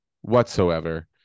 whatsoever